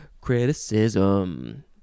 Criticism